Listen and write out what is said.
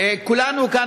כולנו כאן,